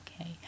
Okay